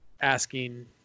asking